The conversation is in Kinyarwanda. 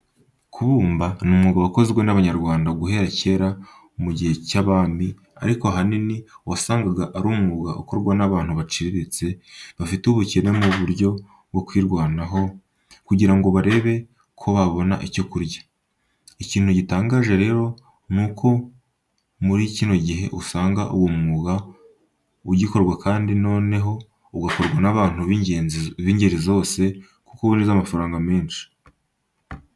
Kubumba ni umwuga wakozwe n'Abanyarwanda guhera kera mu gihe cy'abami ariko ahanini wasangaga ari umwuga ukorwa n'abantu baciriritse bafite ubukene mu buryo bwo kwirwanaho, kugira ngo barebe ko babona icyo kurya. Ikintu gitangaje rero nuko no muri kino gihe usanga uwo mwuga ugikorwa kandi noneho ugakorwa n'abantu b'ingeri zose kuko winjiza amafaranga menshi.